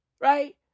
Right